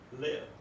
live